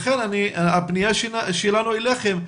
לכן הפניה שלנו אליכם.